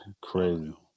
Crazy